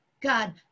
God